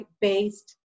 based